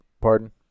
Pardon